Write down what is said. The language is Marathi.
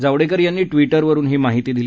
जावडेकर यांनी ट्विटरवरून माहिती ही दिली